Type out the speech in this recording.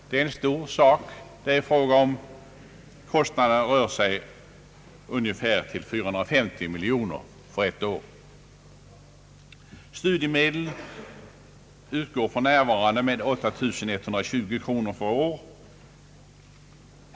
Detta är en stor sak — kostnaderna rör sig om ungefär 450 miljoner på ett år. Studiemedel utgår för närvarande med 8120 kronor per person och år.